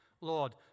Lord